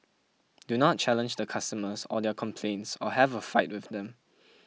do not challenge the customers or their complaints or have a fight with them